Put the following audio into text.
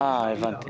הבנתי.